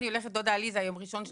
אני הולך לדודה עליזה ביום ראשון,